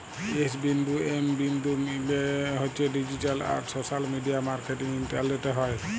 S বিন্দু M বিন্দু E মালে হছে ডিজিট্যাল আর সশ্যাল মিডিয়া মার্কেটিং ইলটারলেটে হ্যয়